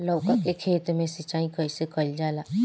लउका के खेत मे सिचाई कईसे कइल जाला?